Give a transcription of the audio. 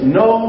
no